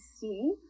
see